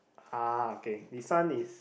uh okay this one is